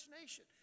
nation